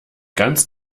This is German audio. ganz